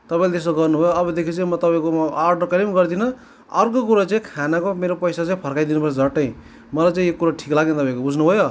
तपाईँले त्यस्तो गर्नुभयो अबदेखि चाहिँ म तपाईँकोमा अर्डर कहिले पनि गर्दिन अर्को कुरा चैँ खानाको मेरो पैसा चाहिँ फर्काइदिनु पर्छ झट्टै मलाई चाहिँ यो कुरा ठिक लागेन तपाईँको बुझ्नुभयो